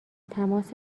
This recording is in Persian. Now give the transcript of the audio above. تماس